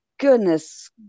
Goodness